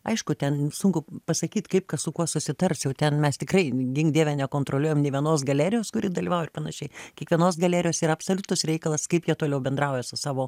aišku ten sunku pasakyt kaip kas su kuo susitars jau ten mes tikrai gink dieve nekontroliuojam nė vienos galerijos kuri dalyvauja ir panašiai kiekvienos galerijos yra absoliutus reikalas kaip jie toliau bendrauja su savo